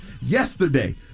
Yesterday